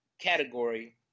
category